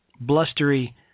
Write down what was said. blustery